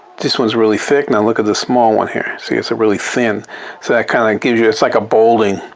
this one's really thick. now look at the small one here. see it's really thin so that kind of gives you, it's like a bolding.